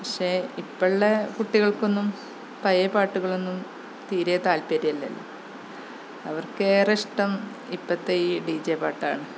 പക്ഷേ ഇപ്പോഴുള്ള കുട്ടികള്ക്കൊന്നും പഴയ പാട്ടുകളൊന്നും തീരെ താല്പര്യമില്ലല്ലോ അവര്ക്ക് ഏറെയിഷ്ടം ഇപ്പോഴത്തെ ഈ ഡി ജെ പാട്ടാണ്